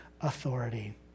authority